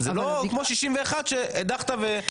זה לא כמו 61 שהדחת ונגמר האירוע.